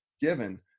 given